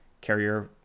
carrier